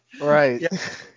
Right